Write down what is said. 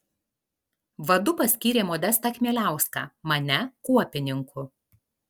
vadu paskyrė modestą chmieliauską mane kuopininku